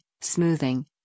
smoothing